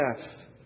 death